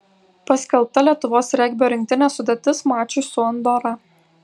paskelbta lietuvos regbio rinktinės sudėtis mačui su andora